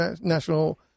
national